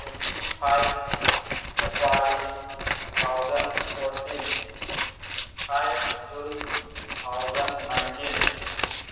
twenty five February two thousand fourteen five June two thousand nineteen